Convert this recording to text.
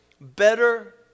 better